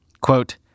Quote